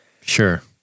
Sure